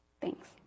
Thanks